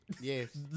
Yes